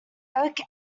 oak